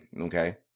okay